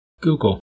Google